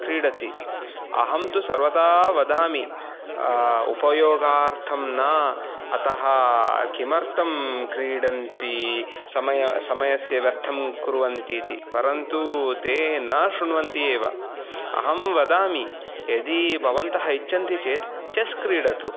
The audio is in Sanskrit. क्रीडति अहं तु सर्वदा वदामि उपयोगार्थं न अतः किमर्थं क्रीडन्ति समय समयस्य व्यर्थं कुर्वन्ति इति परन्तु ते न शृण्वन्ति एव अहं वदामि यदी भवन्तः इच्छन्ति चेत् चेस् क्रीडतु